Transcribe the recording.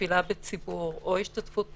לתפילה בציבור או השתתפות בחתונה,